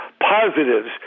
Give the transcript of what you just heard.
positives